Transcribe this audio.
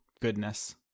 goodness